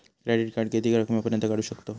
Credit card किती रकमेपर्यंत काढू शकतव?